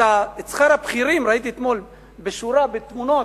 את שכר הבכירים, ראיתי אתמול בשורה, בתמונות,